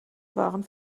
waren